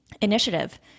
initiative